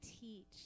teach